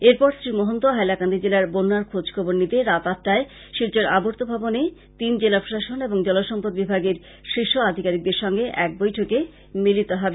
এরপর মন্ত্রী শ্রী মহন্ত হাইলাকান্দি জেলার বন্যার খোঁজ খবর নিয়ে রাত আটটায় শিলচর আর্বত ভবনে তিন জেলা প্রশাসন ও জলসম্পদ বিভাগের শীর্ষ আধিকারীকদের সঙ্গে এক বৈঠকে মিলিত হবেন